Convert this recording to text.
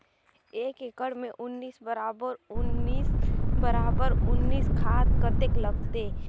एक एकड़ मे उन्नीस बराबर उन्नीस बराबर उन्नीस खाद कतेक लगथे?